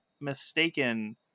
mistaken